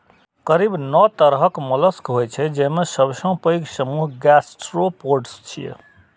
करीब नौ तरहक मोलस्क होइ छै, जेमे सबसं पैघ समूह गैस्ट्रोपोड्स छियै